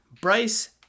Bryce